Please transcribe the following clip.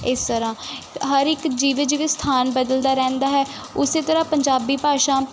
ਇਸ ਤਰ੍ਹਾਂ ਹਰ ਇੱਕ ਜਿਵੇਂ ਜਿਵੇਂ ਸਥਾਨ ਬਦਲਦਾ ਰਹਿੰਦਾ ਹੈ ਉਸ ਤਰ੍ਹਾਂ ਪੰਜਾਬੀ ਭਾਸ਼ਾ